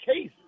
case